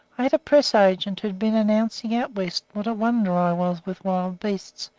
i had a press-agent who had been announcing out west what a wonder i was with wild beasts,